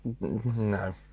No